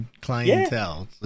clientele